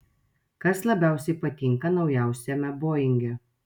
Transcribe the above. kas labiausiai patinka naujausiame boinge